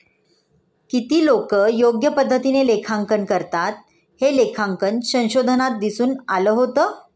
किती लोकं योग्य पद्धतीने लेखांकन करतात, हे लेखांकन संशोधनात दिसून आलं होतं